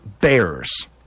Bears